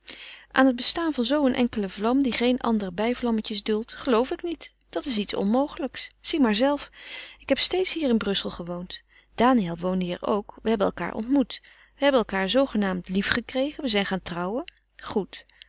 aan het bestaan van een enkele vlam die geen andere bijvlammetjes duldt geloof ik niet dat is iets onmogelijks zie maar zelf ik heb steeds hier te brussel gewoond daniël woonde hier ook we hebben elkaâr ontmoet we hebben elkaâr zoogenaamd liefgekregen we zijn gaan trouwen goed